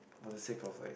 for the sake of like